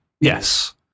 Yes